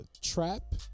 trap